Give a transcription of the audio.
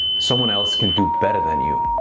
someone else can do better than you.